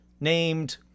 named